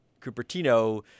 Cupertino